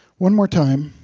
one more time.